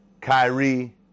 Kyrie